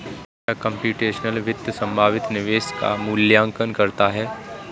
क्या कंप्यूटेशनल वित्त संभावित निवेश का मूल्यांकन करता है?